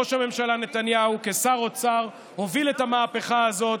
ראש הממשלה נתניהו כשר אוצר הוביל את המהפכה הזאת.